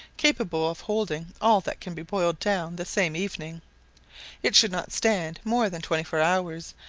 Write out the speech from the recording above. capable of holding all that can be boiled down the same evening it should not stand more than twenty-four hours,